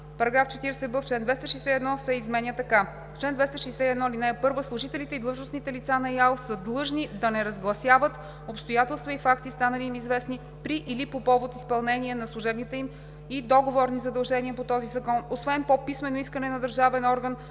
„ИАЛ“. § 40б. Чл. 261 се изменя така: „Чл. 261. (1) Служителите и длъжностните лица на ИАЛ са длъжни да не разгласяват обстоятелства и факти, станали им известни при или по повод изпълнение на служебните им и договорни задължения по този закон, освен по писмено искане на държавен орган,